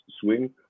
swing